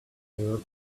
heart